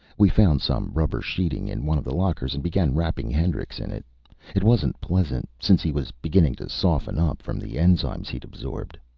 we found some rubber sheeting in one of the lockers, and began wrapping hendrix in it it wasn't pleasant, since he was beginning to soften up from the enzymes he'd absorbed.